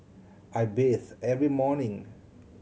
I bathe every morning